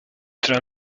tra